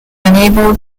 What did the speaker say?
unable